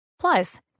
Plus